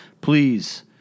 please